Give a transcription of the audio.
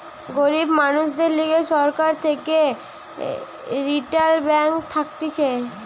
গরিব মানুষদের লিগে সরকার থেকে রিইটাল ব্যাঙ্ক থাকতিছে